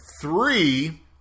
three